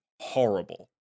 horrible